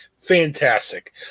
Fantastic